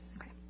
Okay